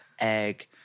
egg